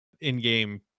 in-game